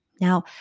Now